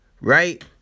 Right